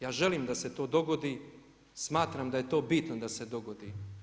Ja želim da se to dogodi, smatram da je to bitno da se dogodi.